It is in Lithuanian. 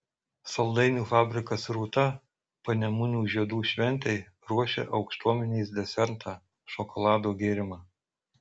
saldainių fabrikas rūta panemunių žiedų šventei ruošia aukštuomenės desertą šokolado gėrimą